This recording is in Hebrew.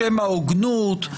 בשם ההוגנות,